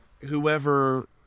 whoever